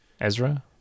Ezra